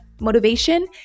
motivation